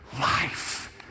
life